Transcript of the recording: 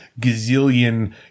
gazillion